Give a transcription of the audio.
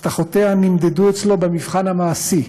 הבטחותיה נמדדו אצלו במבחן המעשי,